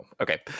okay